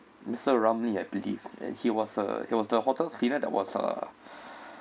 mister ramly I believe and he was a he was the hotel cleaner that was uh